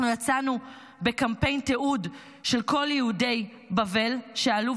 אנחנו יצאנו בקמפיין תיעוד של כל יהודי בבל שעלו,